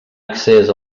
accés